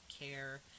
Care